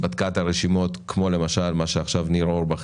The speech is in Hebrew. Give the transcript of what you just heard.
בדקה את הרשימות (כמו מה שהציג חבר הכנסת אורבך)